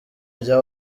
rya